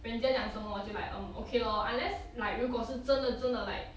人家讲什么我就 like um okay lor unless like 如果是真的真的 like